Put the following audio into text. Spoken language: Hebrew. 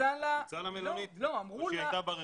הוצעה לה מלונית או שהיא הייתה ברחוב?